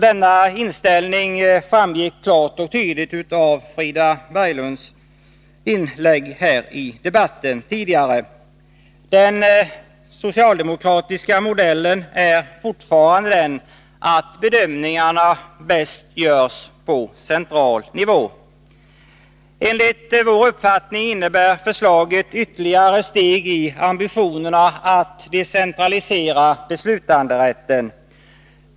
Denna inställning framgick klart och tydligt av Frida Berglunds inlägg här i debatten tidigare. Den socialdemokratiska modellen är fortfarande den, att bedömningarna bäst görs på central nivå. Enligt vår uppfattning innebär förslaget ytterligare steg i ambitionerna att decentralisera beslutanderätten.